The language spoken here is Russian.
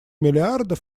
миллиардов